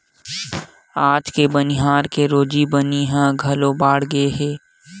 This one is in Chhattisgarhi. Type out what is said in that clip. आजकाल बनिहार के रोजी बनी ह घलो बाड़गे हे